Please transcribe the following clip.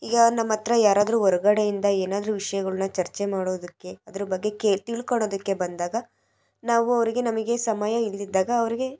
ಈಗ ನಮ್ಮತ್ತಿರ ಯಾರಾದರು ಹೊರ್ಗಡೆಯಿಂದ ಏನಾದರು ವಿಷಯಗಳ್ನ ಚರ್ಚೆ ಮಾಡೋದಕ್ಕೆ ಅದ್ರ ಬಗ್ಗೆ ಕೇ ತಿಳ್ಕೊಳ್ಳೋದಕ್ಕೆ ಬಂದಾಗ ನಾವು ಅವರಿಗೆ ನಮಗೆ ಸಮಯ ಇಲ್ಲದಿದ್ದಾಗ ಅವರಿಗೆ